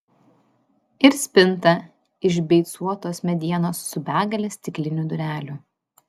ir spinta iš beicuotos medienos su begale stiklinių durelių